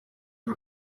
y’u